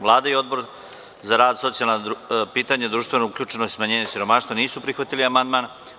Vlada i Odbor za rad, socijalna pitanja, društvenu uključenost i smanjenje siromaštva nisu prihvatili amandman.